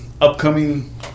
upcoming